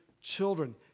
children